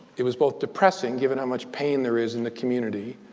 it was both depressing, given how much pain there is in the community.